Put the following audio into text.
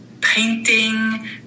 painting